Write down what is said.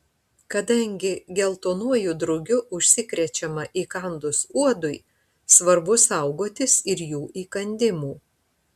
kadangi geltonuoju drugiu užsikrečiama įkandus uodui svarbu saugotis ir jų įkandimų